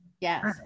Yes